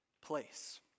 place